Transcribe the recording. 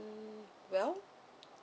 mm well